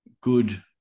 good